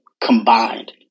combined